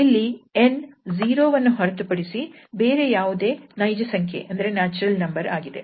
ಇಲ್ಲಿ 𝑛 0 ವನ್ನು ಹೊರತುಪಡಿಸಿ ಬೇರೆ ಯಾವುದೇ ನೈಜ ಸಂಖ್ಯೆ ಯಾಗಿದೆ